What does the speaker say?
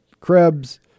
Krebs